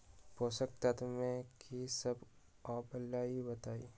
पोषक तत्व म की सब आबलई बताई?